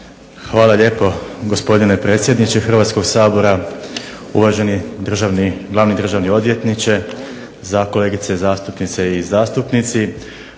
Hvala lijepo gospodine predsjedniče Hrvatskog sabora, uvaženi glavni državni odvjetniče, kolegice zastupnice i zastupnici.